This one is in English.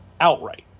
outright